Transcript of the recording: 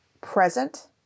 present